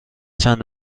چند